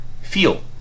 feel